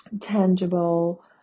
Tangible